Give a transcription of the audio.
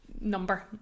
number